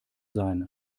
sein